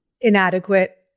inadequate